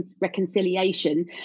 reconciliation